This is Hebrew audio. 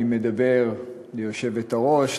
אני מדבר ליושבת-ראש,